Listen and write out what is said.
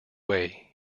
way